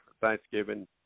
Thanksgiving